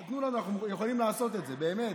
תביאו לנו, אנחנו יכולים לעשות את זה, באמת.